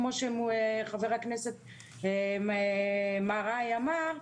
כמו שחבר הכנסת מרעי אמר,